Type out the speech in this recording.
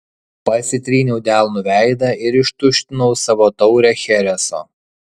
pasitryniau delnu veidą ir ištuštinau savo taurę chereso